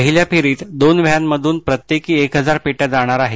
पहिल्या फेरीत दोन व्हॅनमधून प्रत्येकी एक हजार पेट्या जाणार आहेत